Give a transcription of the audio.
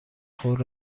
خود